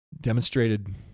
demonstrated